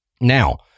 Now